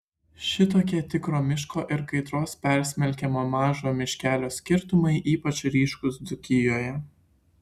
šitokie tikro miško ir kaitros persmelkiamo mažo miškelio skirtumai ypač ryškūs dzūkijoje